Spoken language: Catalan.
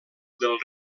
del